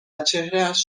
چهرهاش